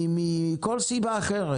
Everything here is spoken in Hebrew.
מכל סיבה אחרת?